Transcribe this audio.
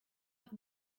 była